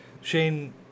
Shane